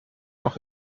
noch